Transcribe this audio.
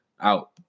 out